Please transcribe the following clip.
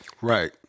Right